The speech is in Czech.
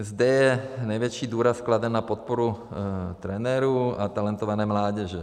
Zde je největší důraz kladen na podporu trenérů a talentované mládeže.